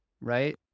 right